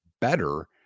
better